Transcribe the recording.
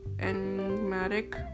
Enigmatic